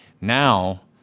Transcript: Now